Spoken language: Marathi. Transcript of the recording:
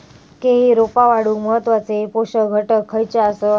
केळी रोपा वाढूक महत्वाचे पोषक घटक खयचे आसत?